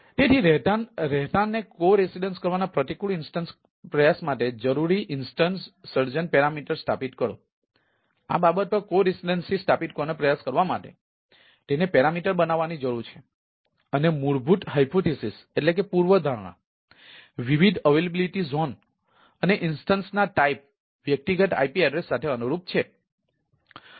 તેથી રહેઠાણને કો રેસિડેન્સ વ્યક્તિગત IP એડ્રેસ સાથે અનુરૂપ છે